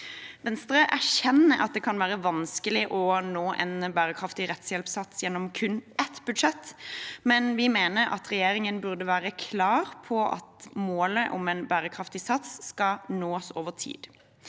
Venstre erkjenner at det kan være vanskelig å nå en bærekraftig rettshjelpssats gjennom kun ett budsjett, men vi mener at regjeringen burde være klar på at målet om en bærekraftig sats skal nås over tid.